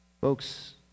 Folks